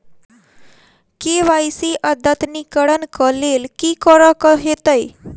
KYC अद्यतनीकरण कऽ लेल की करऽ कऽ हेतइ?